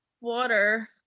Water